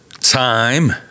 time